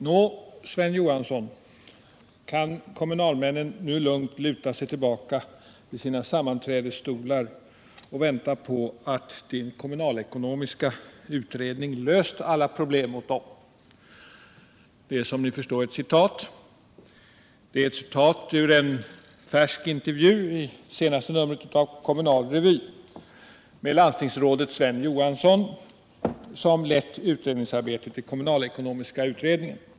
”Nå, Sven Johansson, kan kommunalmännen nu lugnt luta sig tillbaka i sina sammanträdesstolar och vänta på att ”Din” kommunalekonomiska utredning löst alla problem åt dem?” Detta är, som ni förstår, ett citat ur en färsk intervju i senaste numret av Kommunal Revy med landstingsrådet Sven Johansson, som lett utredningsarbetet i kommunalekonomiska utredningen.